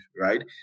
right